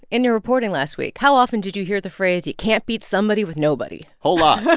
in your reporting last week, how often did you hear the phrase, you can't beat somebody with nobody? whole lot.